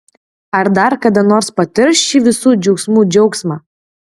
ar dar kada nors patirs šį visų džiaugsmų džiaugsmą